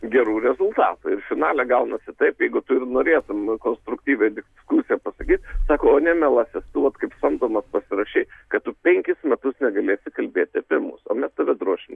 gerų rezultatų ir finale gaunasi taip jeigu tu ir norėtum konstruktyvią diskusiją pasakyt sako o ne mielasis tu vat kaip samdomas pasirašei kad tu penkis metus negalėsi kalbėti apie mus o mes tave drošim